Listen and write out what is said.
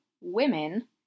women